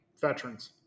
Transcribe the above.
veterans